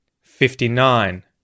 fifty-nine